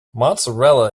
mozzarella